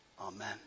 Amen